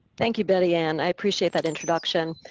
thank you, betty-ann. i appreciate that introduction.